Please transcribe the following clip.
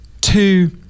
two